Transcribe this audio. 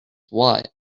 what